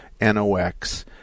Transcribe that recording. NOx